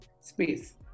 space